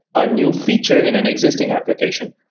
a new feature in an existing application,